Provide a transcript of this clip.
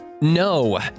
no